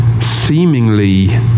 seemingly